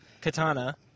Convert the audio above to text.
katana